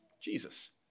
Jesus